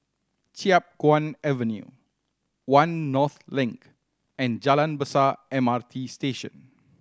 Chiap Guan Avenue One North Link and Jalan Besar M R T Station